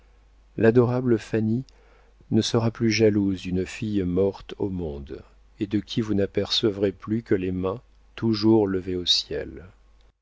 l'adorable fanny ne sera plus jalouse d'une fille morte au monde et de qui vous n'apercevrez plus que les mains toujours levées au ciel